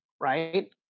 right